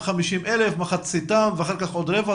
כ-250,000, מחציתם ואחר כך עוד רבע.